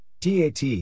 TAT